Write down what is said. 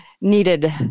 needed